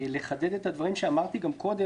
לחדד את הדברים שאמרתי קודם,